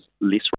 less